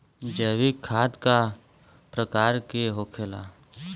जैविक खाद का प्रकार के होखे ला?